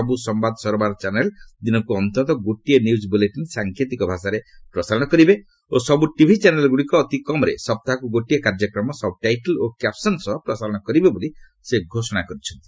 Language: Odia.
ସବୁ ସମ୍ଭାଦ ସରବରାହ ଚ୍ୟାନେଲ୍ ଦିନକୁ ଅନ୍ତତଃ ଗୋଟିଏ ନ୍ୟୁଜ୍ ବୁଲେଟିନ୍ ସାଙ୍କେତିକ ଭାଷାରେ ପ୍ରସାରଣ କରିବେ ଓ ସବୁ ଟିଭି ଚ୍ୟାନେଲ୍ଗୁଡ଼ିକ ଅତି କମ୍ରେ ସପ୍ତାହକୁ ଗୋଟିଏ କାର୍ଯ୍ୟକ୍ରମ ସବ୍ ଟାଇଟେଲ୍ ଓ କ୍ୟାପ୍ସନ୍ ସହ ପ୍ରସାରଣ କରିବେ ବୋଲି ସେ ଘୋଷଣା କରିଛନ୍ତି